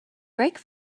brake